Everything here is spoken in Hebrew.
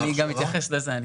אני גם אתייחס לזה.